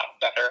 better